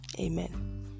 Amen